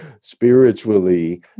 spiritually